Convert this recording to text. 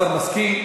השר מסכים.